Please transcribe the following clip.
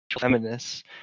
feminists